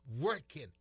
working